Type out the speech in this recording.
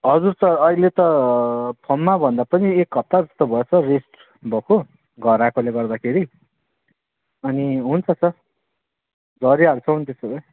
हजुर सर अहिले त फर्ममा भन्दा पनि एक हप्ता जस्तो भयो सर रेस्ट भएको घर आएकोले गर्दाखेरि अनि हुन्छ सर झरिहाल्छौँ नि त्यसो भए